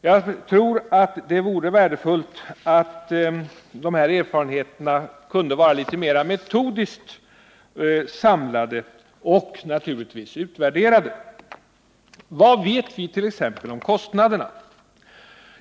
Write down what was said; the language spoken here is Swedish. Det vore nog värdefullt om erfarenheterna vore litet mer metodiskt samlade och naturligtvis utvärderade. Vad vet vi t.ex. om kostnaderna?